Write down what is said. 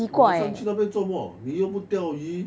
你晚上去那边做么你又不钓鱼